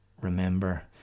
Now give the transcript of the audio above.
remember